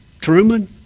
Truman